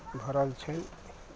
भरल छैन्ह